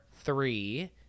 three